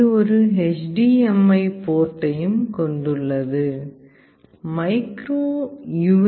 இது ஒரு HDMI போர்ட்டையும் கொண்டுள்ளது மைக்ரோ யூ